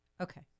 Okay